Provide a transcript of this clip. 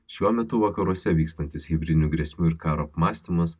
šiuo metu vakaruose vykstantis hibridinių grėsmių ir karo apmąstymas